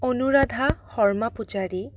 Anuradha Sharma Pujari